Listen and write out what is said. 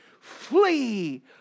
Flee